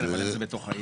כן, אבל זה בתוך העיר.